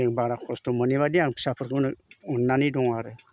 जों बारा खस्थ' मोनैबादि आं फिसाफोरखौनो अन्नानै दं आरो